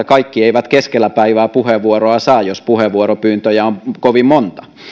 kaikki eivät keskellä päivää puheenvuoroa saa jos puheenvuoropyyntöjä on kovin monta